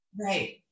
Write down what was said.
Right